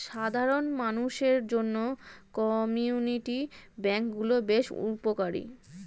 সাধারণ মানুষদের জন্য কমিউনিটি ব্যাঙ্ক গুলো বেশ উপকারী